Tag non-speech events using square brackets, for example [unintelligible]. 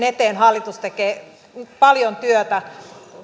[unintelligible] eteen hallitus tekee paljon työtä